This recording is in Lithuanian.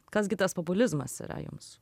kas gi tas populizmas yra jums